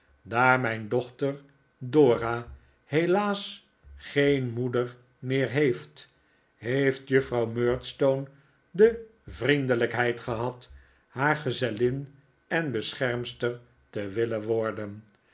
daar mijn dochter dora helaas geen moeder meer heeft heeft juffrouw murdstone de vriendelijkheid gehad haar gezellin en beschermster te willen worden